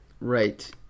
right